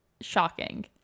shocking